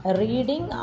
reading